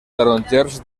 tarongers